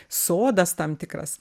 sodas tam tikras